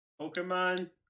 Pokemon